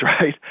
right